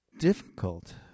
difficult